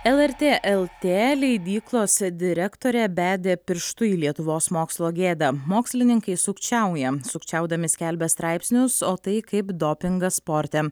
lrt lt leidyklos direktorė bedė pirštu į lietuvos mokslo gėdą mokslininkai sukčiauja sukčiaudami skelbia straipsnius o tai kaip dopingas sporte